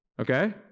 Okay